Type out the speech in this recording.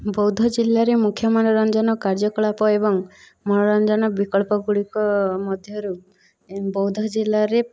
ବୌଦ ଜିଲ୍ଲାରେ ମୁଖ୍ୟ ମନୋରଞ୍ଜନ କାର୍ଯ୍ୟକଳାପ ଏବଂ ମନୋରଞ୍ଜନ ବିକଳ୍ପ ଗୁଡ଼ିକ ମଧ୍ୟରୁ ବୌଦ ଜିଲ୍ଲାରେ